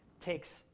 takes